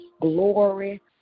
glory